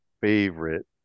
favorite